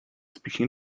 speaking